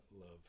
love